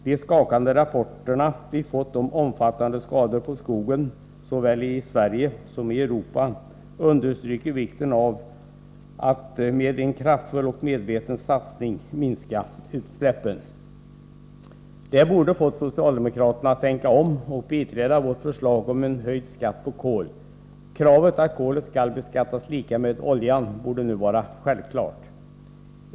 De skakande rapporter som vi fått om omfattande skador på skogen såväl i Sverige som nere i Europa understryker vikten av att med en kraftfull och medveten satsning minska utsläppen. Detta borde ha fått socialdemokraterna att tänka om och biträda vårt förslag om en höjd skatt på kol. Kravet att kolet skall beskattas lika med oljan borde nu vara självklart.